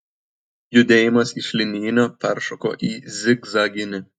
judėjimas iš linijinio peršoko į zigzaginį